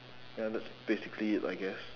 ya that's basically it I guess